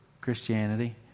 Christianity